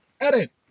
Edit